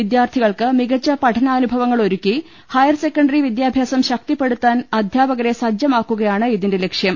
വിദ്യാർത്ഥികൾക്ക് മികച്ച പഠനാനുഭവങ്ങൾ ഒരുക്കി ഹയർ സെക്കണ്ടറി വിദ്യാഭ്യാസം ശക്തിപ്പെടുത്താൻ അധ്യാപകരെ സജ്ജമാക്കുകയാണ് ഇതിന്റെ ലക്ഷ്യം